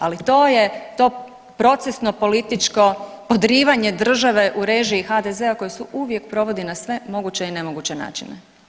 Ali to je to procesno političko podrivanje države u režiji HDZ-a koji se uvijek provodi na sve moguće i nemoguće načine.